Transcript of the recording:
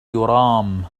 يرام